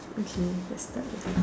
okay let's start